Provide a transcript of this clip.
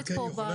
איפה הוא?